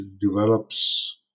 develops